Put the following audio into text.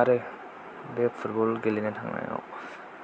आरो बे फुटबल गेलेनो थांनायाव